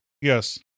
Yes